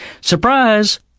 surprise